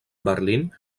berlín